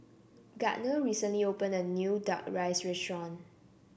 Gardner recently opened a new Duck Rice Restaurant